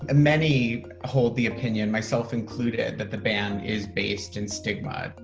and many hold the opinion, myself included, that the ban is based in stigma.